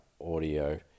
audio